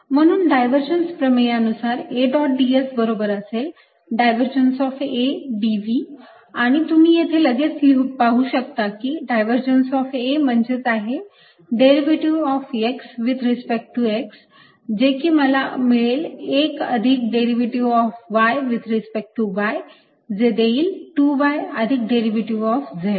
म्हणून डायव्हर्जन्स प्रमेया नुसार A डॉट ds बरोबर असेल डायव्हर्जन्स ऑफ A dv आणि तुम्ही येते लगेच पाहू शकता की डायव्हर्जन्स ऑफ A म्हणजेच आहे derivative of x with respect to X जे की मला देईल 1 अधिक derivative of y with respect to y जे देईल 2y अधिक डेरिव्हेटिव्ह ऑफ z